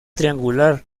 triangular